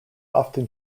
often